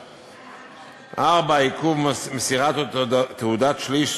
(4) עיכוב מסירת תעודת שליש,